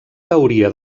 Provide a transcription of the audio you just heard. teoria